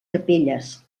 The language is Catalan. capelles